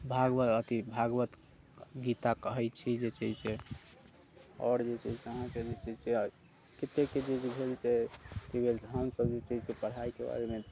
भागवत अथी भागवत गीता कहै छी जे छै से आओर जे छै से अहाँके जे छै से कतेके जे भेल से हमसब जे छै से पढ़ाइके बारेमे